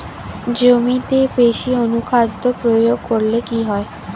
জমিতে বেশি অনুখাদ্য প্রয়োগ করলে কি হয়?